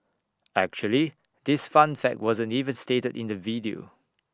actually this fun fact wasn't even stated in the video